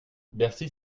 bercy